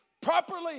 properly